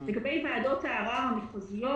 לגבי ועדות הערר המחוזיות,